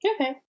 Okay